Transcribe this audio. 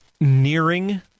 nearing